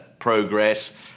progress